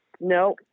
No